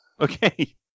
Okay